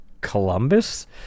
Columbus